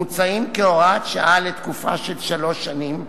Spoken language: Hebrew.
מוצעים כהוראת שעה לתקופה של שלוש שנים,